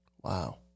Wow